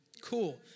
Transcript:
Cool